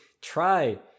try